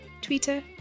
twitter